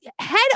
head